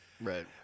Right